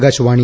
Akashvani